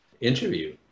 interview